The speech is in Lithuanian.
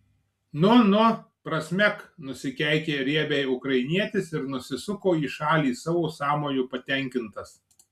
nu nu prasmek nusikeikė riebiai ukrainietis ir nusisuko į šalį savo sąmoju patenkintas